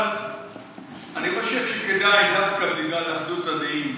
אבל אני חושב שכדאי, דווקא בגלל אחדות הדעים,